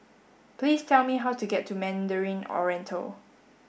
please tell me how to get to Mandarin Oriental